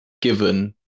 given